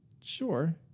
Sure